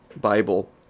Bible